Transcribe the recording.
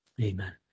Amen